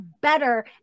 better